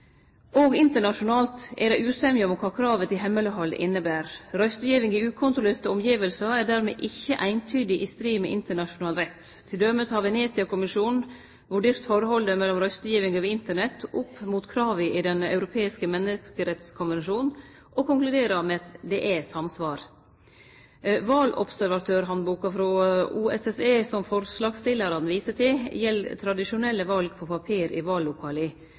internasjonalt er det usemje om kva kravet til hemmeleghald inneber. Røystegiving i ukontrollerte omgivnader er dermed ikkje eintydig i strid med internasjonal rett. Venezia-kommisjonen har t.d. vurdert forholdet mellom røystegiving over Internett opp mot kravet i Den europeiske menneskerettskonvensjonen og konkludert med at det er samsvar. Valobservatørhandboka frå OSSE, som forslagsstillarane viser til, gjeld tradisjonelle val på papir i